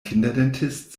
kinderdentist